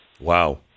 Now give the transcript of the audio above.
Wow